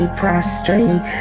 prostrate